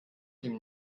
dem